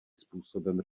způsobem